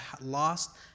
lost